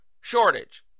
shortage